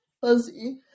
fuzzy